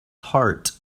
heart